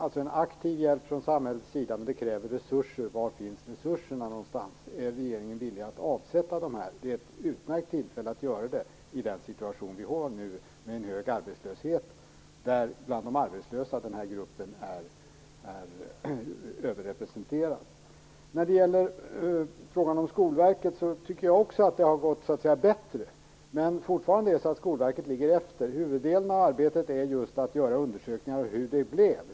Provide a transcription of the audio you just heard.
Det är en aktiv hjälp från samhällets sida, men det kräver resurser. Var finns resurserna? Är regeringen villig att avsätta resurser? Det här är ett utmärkt tillfälle att göra med tanke på den situation vi har nu med hög arbetslöshet. Den här gruppen är överrepresenterad bland de arbetslösa. När det gäller frågan om Skolverket, tycker jag också att det har gått allt bättre. Men fortfarande ligger Skolverket efter. Huvuddelen av arbetet är just att göra undersökningar av hur det blev.